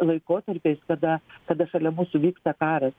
laikotarpiais kada kada šalia mūsų vyksta karas